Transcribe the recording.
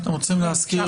אתם רוצים להזכיר